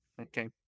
Okay